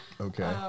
Okay